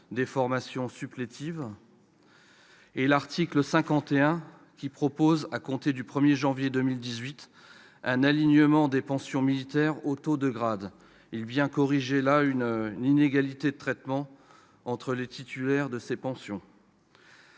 des formations supplétives ; l'article 51, ensuite, qui instaure, à compter du 1 janvier 2018, un alignement des pensions militaires au taux du grade, corrigeant une inégalité de traitement entre les titulaires de ces pensions.